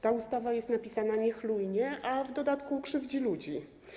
Ta ustawa jest napisana niechlujnie, a w dodatku krzywdzi ludzi.